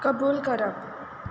कबूल करप